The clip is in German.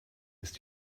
ist